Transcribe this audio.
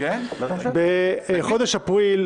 בחודש אפריל,